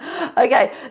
Okay